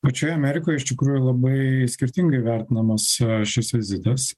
pačioje amerikoj iš tikrųjų labai skirtingai vertinamas šis vizitas